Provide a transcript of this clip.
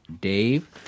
Dave